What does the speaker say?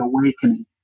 awakening